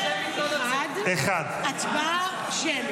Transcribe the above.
טטיאנה מזרסקי,